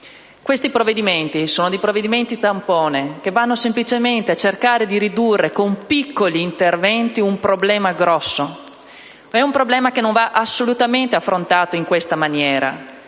Questi provvedimenti sono misure tampone che cercano semplicemente di ridurre con piccoli interventi un problema grosso, un problema che non va assolutamente affrontato in questa maniera.